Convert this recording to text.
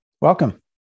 Welcome